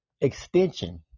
extension